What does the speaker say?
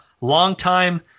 longtime